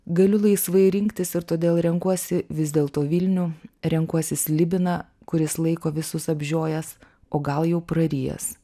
galiu laisvai rinktis ir todėl renkuosi vis dėlto vilnių renkuosi slibiną kuris laiko visus apžiojęs o gal jau prarijęs